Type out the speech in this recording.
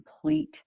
complete